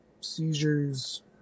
seizures